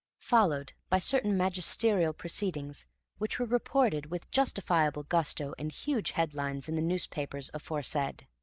followed by certain magisterial proceedings which were reported with justifiable gusto and huge headlines in the newspapers aforesaid.